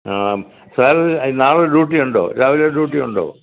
ആ സാർ നാളെ ഡ്യൂട്ടി ഉണ്ടോ രാവിലെ ഡ്യൂട്ടി ഉണ്ടോ